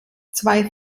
zwei